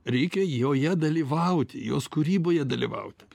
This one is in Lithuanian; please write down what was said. reikia joje dalyvauti jos kūryboje dalyvauti